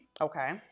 Okay